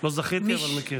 לא זכיתי, אבל מכיר.